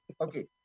okay